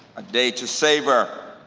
a day to savor.